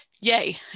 yay